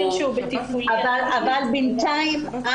בינתיים,